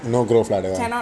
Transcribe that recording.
no growth ah that one